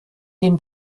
den